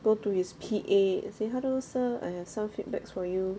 go to his P_A say hello sir I have some feedbacks for you